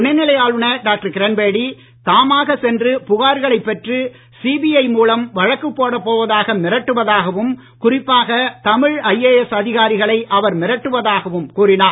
துணைநிலை ஆளுநர் டாக்டர் கிரண்பேடி தாமாகச் சென்று புகார்களைப் பெற்று சிபிஐ மூலம் வழக்கு போடப் போவதாக மிரட்டுவதாகவும் குறிப்பாக தமிழ் ஐஏஎஸ் அதிகாரிகளை அவர் மிரட்டுவதாகவும் கூறினார்